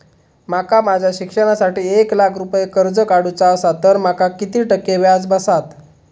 माका माझ्या शिक्षणासाठी एक लाख रुपये कर्ज काढू चा असा तर माका किती टक्के व्याज बसात?